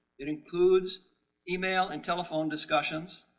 it includes email and telephone discussions,